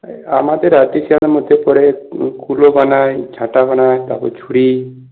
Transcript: আমাদের আর্টিসানের মধ্যে পড়ে কুলো বানায় ঝাঁটা বানায় তারপর ঝুড়ি